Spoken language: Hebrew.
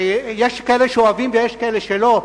שיש כאלה שאוהבים ויש כאלה שלא,